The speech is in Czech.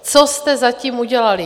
Co jste zatím udělali?